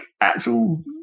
actual